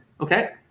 Okay